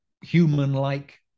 human-like